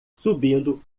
subindo